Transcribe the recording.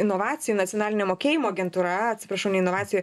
inovacijų nacionalinė mokėjimo agentūra atsiprašau ne inovacijų